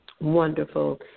Wonderful